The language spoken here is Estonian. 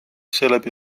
seeläbi